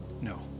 no